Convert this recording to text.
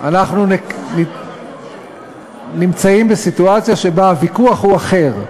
אנחנו נמצאים בסיטואציה שבה הוויכוח הוא אחר.